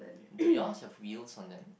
do yours have wheels on them